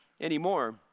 anymore